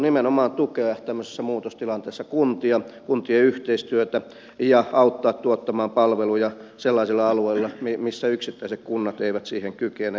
nimenomaan tukea tämmöisessä muutostilanteessa kuntia kuntien yhteistyötä ja auttaa tuottamaan palveluja sellaisilla alueilla missä yksittäiset kunnat eivät siihen kykene